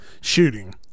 shooting